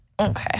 Okay